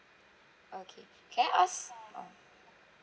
okay can I ask uh